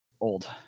old